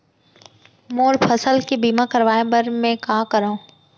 मोर फसल के बीमा करवाये बर में का करंव?